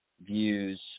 views